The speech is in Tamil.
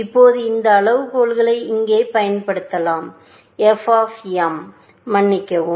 இப்போது இந்த அளவுகோல்களை இங்கே பயன்படுத்தலாம் f of m மன்னிக்கவும்